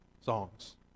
songs